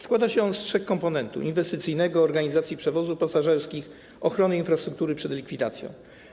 Składa się on z trzech komponentów: inwestycyjnego, organizacji przewozów pasażerskich i ochrony infrastruktury przed likwidacją.